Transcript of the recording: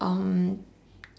um